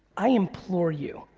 i implore you,